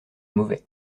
mauvais